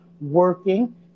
working